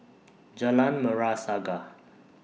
Jalan Merah Saga